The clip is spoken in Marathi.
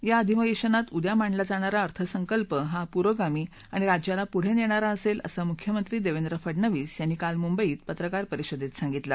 या अधिवेशनात उद्या मांडला जाणारा अर्थसंकल्प हा प्रोगामी आणि राज्याला पुढे नेणारा असेल असं मुख्यमंत्री देवेंद्र फडणवीस यांनी काल मुंबईत पत्रकार परिषदेत सांगितलं